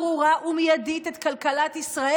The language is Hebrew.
ברורה ומיידית את כלכלת ישראל,